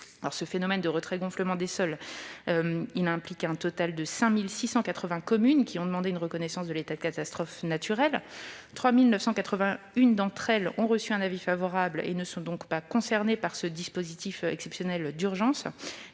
Le phénomène de retrait-gonflement des sols survenu en 2018 implique un total de 5 680 communes, qui ont demandé une reconnaissance de l'état de catastrophe naturelle ; 3 981 d'entre elles ont reçu un avis favorable et ne sont donc pas concernées par ce dispositif exceptionnel d'urgence.